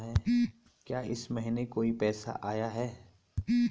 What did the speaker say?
क्या इस महीने कोई पैसा आया है?